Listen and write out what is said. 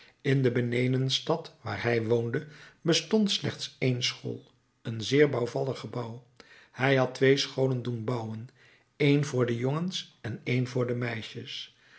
in de benedenstad waar hij woonde bestond slechts één school een zeer bouwvallig gebouw hij had twee scholen doen bouwen een voor jongens en een voor meisjes